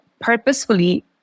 purposefully